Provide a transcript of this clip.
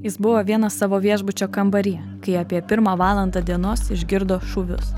jis buvo vienas savo viešbučio kambaryje kai apie pirmą valandą dienos išgirdo šūvius